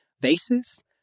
faces